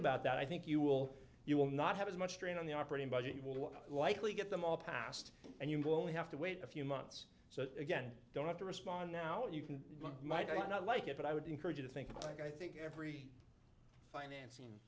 about that i think you will you will not have as much strain on the operating budget will likely get them all passed and you only have to wait a few months so again don't have to respond now you can might not like it but i would encourage you to think about i think every financ